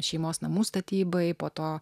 šeimos namų statybai po to